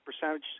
percentage